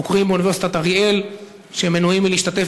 חוקרים מאוניברסיטת אריאל מנועים מלהשתתף